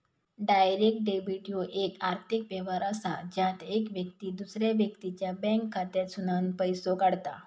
direct debit ह्यो येक आर्थिक व्यवहार असा ज्यात येक व्यक्ती दुसऱ्या व्यक्तीच्या बँक खात्यातसूनन पैसो काढता